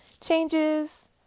changes